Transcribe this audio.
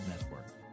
Network